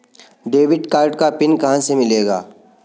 Debit card का PIN कहां से मिलेगा?